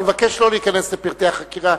אני מבקש לא להיכנס לפרטי החקירה,